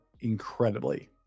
incredibly